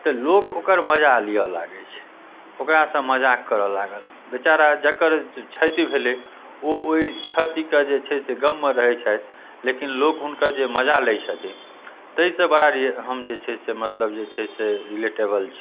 तऽ लोक ओकर मजा लियै लागैत छै ओकरासँ मजाक करऽ लागल बेचारा जेकर क्षति भेलै ओ ओहि क्षतिके जे छै से ग़ममे रहैत छथि लेकिन लोक हुनका जे मजा लै छथिन ताहि से बड़ा रि हम जे छै से मतलब रिलेटेबल छी